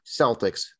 Celtics